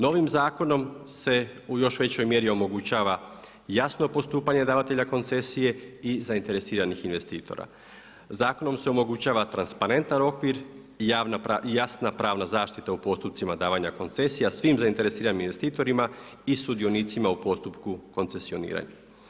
Novim zakonom se u još većoj mjeri omogućava jasno postupanje davatelja koncesije i zainteresiranih investitora. zakonom se omogućava transparentan okvir i jasna pravna zaštita u postotcima davanja koncesija svim zainteresiranim investitorima i sudionicima u postupku koncesioniranja.